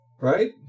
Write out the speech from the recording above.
right